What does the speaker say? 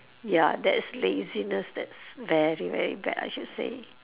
ya that's laziness that's very very bad I should say